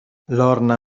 lorna